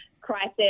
crisis